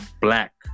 Black